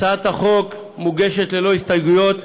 הצעת החוק מוגשת ללא הסתייגויות,